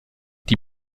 die